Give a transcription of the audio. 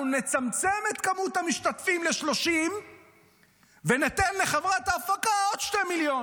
אנחנו נצמצם את כמות המשתתפים ל-30 וניתן לחברת ההפקה 2 מיליון.